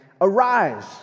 Arise